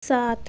سات